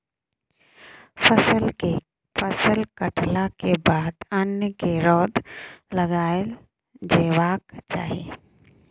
फसल कटलाक बाद अन्न केँ रौद लगाएल जेबाक चाही